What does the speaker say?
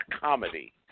comedy